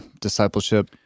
discipleship